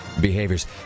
behaviors